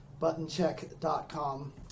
buttoncheck.com